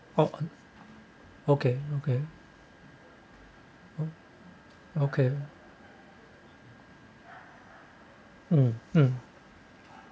oh okay okay okay mm mm